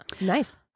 Nice